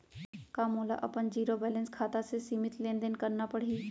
का मोला अपन जीरो बैलेंस खाता से सीमित लेनदेन करना पड़हि?